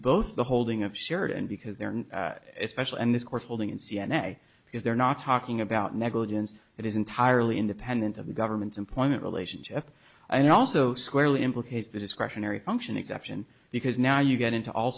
both the holding of shared and because they're special and this court's holding in c n a because they're not talking about negligence it is entirely independent of the government employment relationship and also squarely implicates the discretionary function exception because now you get into all